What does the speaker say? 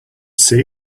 see